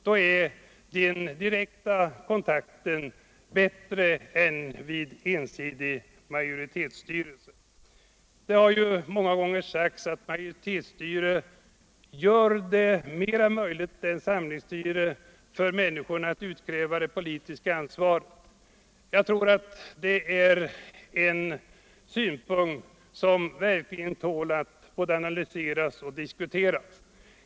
Den direkta kontakten blir bättre än vid ensidigt majoritetsstyre. Det har många gånger sagts att majoritetsstyre ger människorna större möjligheter än samlingsstyre att utkräva det politiska ansvaret. Jag tror att det är en synpunkt som verkligen tål att både analyseras och diskuteras.